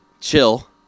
chill